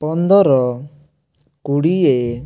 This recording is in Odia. ପନ୍ଦର କୋଡ଼ିଏ